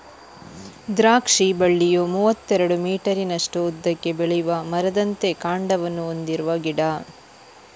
ದ್ರಾಕ್ಷಿ ಬಳ್ಳಿಯು ಮೂವತ್ತೆರಡು ಮೀಟರಿನಷ್ಟು ಉದ್ದಕ್ಕೆ ಬೆಳೆಯುವ ಮರದಂತೆ ಕಾಂಡವನ್ನ ಹೊಂದಿರುವ ಗಿಡ